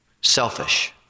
selfish